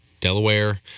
Delaware